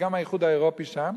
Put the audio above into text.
וגם האיחוד האירופי שם,